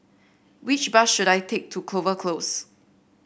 which bus should I take to Clover Close